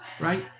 Right